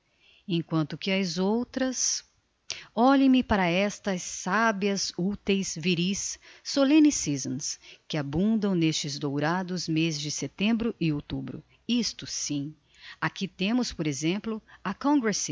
emquanto que as outras olhem me para estas sabias uteis viris solemnes seasons que abundam n'estes dourados mezes de setembro e outubro isto sim aqui temos por exemplo a